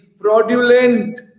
fraudulent